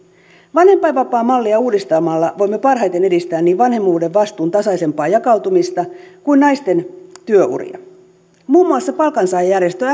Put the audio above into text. vanhempainvapaamallia uudistamalla voimme parhaiten edistää niin vanhemmuuden vastuun tasaisempaa jakautumista kuin naisten työuria muun muassa palkansaajajärjestö